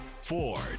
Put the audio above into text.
Ford